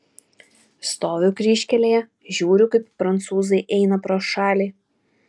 stoviu kryžkelėje žiūriu kaip prancūzai eina pro šalį